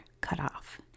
cutoff